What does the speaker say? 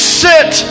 sit